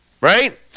right